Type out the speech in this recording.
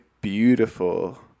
beautiful